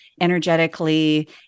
energetically